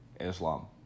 Islam